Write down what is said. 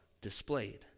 displayed